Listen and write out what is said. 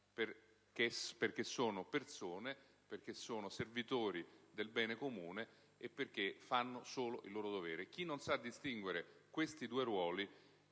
perché sono persone, perché sono servitori del bene comune e perché fanno solo il loro dovere. Chi non sa distinguere questi due ruoli